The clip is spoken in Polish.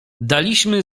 daliśmy